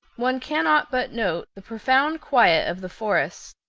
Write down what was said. one cannot but note the profound quiet of the forest,